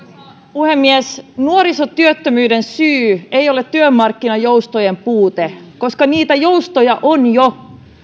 puhemies nuorisotyöttömyyden syy ei ole työmarkkinajoustojen puute koska niitä joustoja on jo